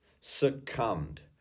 succumbed